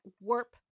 warp